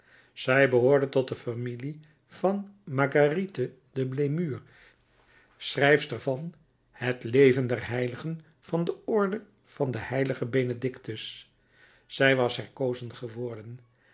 zij behoorde tot de familie van marguerite de blemeur schrijfster van het leven der heiligen van de orde van den h benedictus zij was herkozen geworden